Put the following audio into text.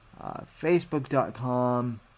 Facebook.com